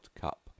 cup